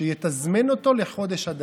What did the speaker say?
שיתזמן אותו לחודש אדר,